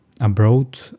abroad